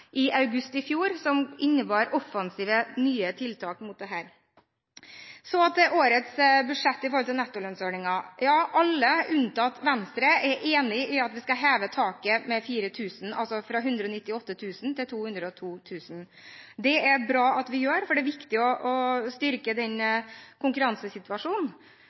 i august i fjor som innebar offensive nye tiltak mot dette. Så til årets budsjett og nettolønnsordningen. Alle unntatt Venstre er enig i at vi skal heve taket med 4 000 kr, altså fra 198 000 kr til 202 000 kr. Det er bra at vi gjør det, for det er viktig å styrke konkurransesituasjonen.